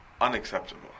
unacceptable